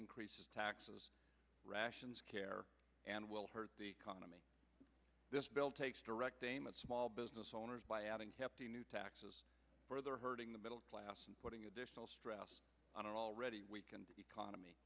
increases taxes rations care and will hurt the economy this bill takes direct aim at small business owners by adding new taxes are hurting the middle class and putting additional stress on an already weakened economy